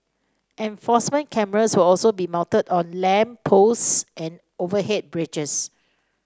enforcement cameras will also be mounted on lamp posts and overhead bridges